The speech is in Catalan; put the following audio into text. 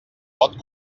pot